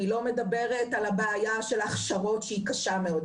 אני לא מדברת על הבעיה של הכשרות שהיא קשה מאוד,